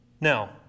Now